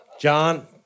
John